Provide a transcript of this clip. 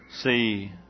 see